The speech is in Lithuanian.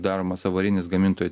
daromas avarinis gamintojų